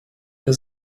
der